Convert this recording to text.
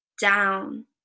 down